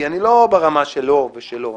כי אני לא ברמה שלו ושלו,